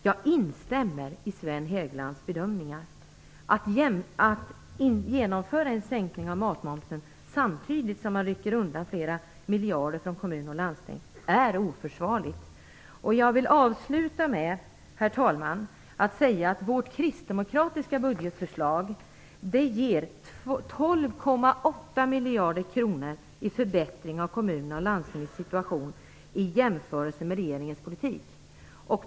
Jag instämmer i Sven Hegelunds bedömningar. Att genomföra en sänkning av matmomsen samtidigt som man rycker undan flera miljarder från kommuner och landsting är oförsvarligt. Jag vill avsluta, herr talman, med att säga att vårt kristdemokratiska budgetförslag ger 12,8 miljarder kronor i förbättring av kommuners och landstings situation i jämförelse med regeringens politik.